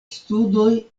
studoj